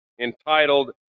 entitled